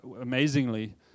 amazingly